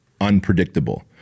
unpredictable